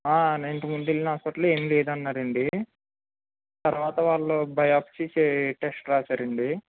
నేను ఇంతకముందు వెళ్ళిన హాస్పిటల్లో ఏమీ లేదన్నారండి తరువాత వాళ్ళు బయాప్సి చే టెస్ట్ రాశారండి